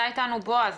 היה איתנו בועז.